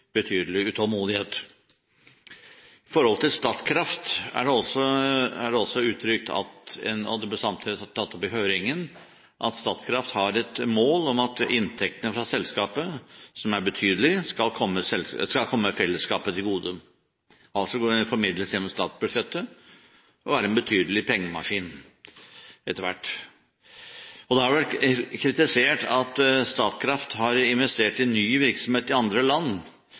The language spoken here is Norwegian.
utålmodighet. Når det gjelder Statkraft, er det også uttrykt – og det ble samtidig tatt opp i høringen – at Statkraft har et mål om at inntektene fra selskapet, som er betydelige, skal komme fellesskapet til gode, altså formidles gjennom statsbudsjettet, og at det skal være en betydelig pengemaskin etter hvert. Det har vært kritisert at Statkraft har investert i ny virksomhet i andre land